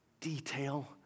detail